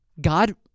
God